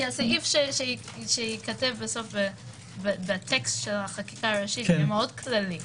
כי הסעיף שייכתב בטקסט של החקיקה הראשית יהיה מאוד כללי.